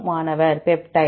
மாணவர் பெப்டைட்